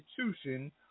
institution